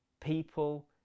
People